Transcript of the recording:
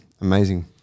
Amazing